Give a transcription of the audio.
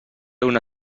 una